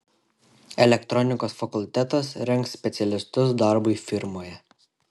elektronikos fakultetas rengs specialistus darbui firmoje